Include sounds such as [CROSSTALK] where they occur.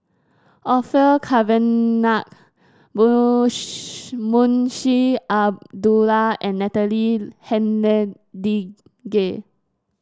Orfeur Cavenagh [UNINTELLIGIBLE] Munshi Abdullah and Natalie Hennedige